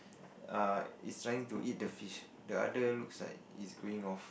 err it's trying to eat the fish the other looks like it's going off